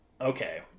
Okay